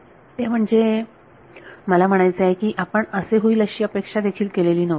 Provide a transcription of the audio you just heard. विद्यार्थी ते म्हणजे मला म्हणायचे आहे की आपण असे होईल अशी अपेक्षा देखील केलेली नव्हती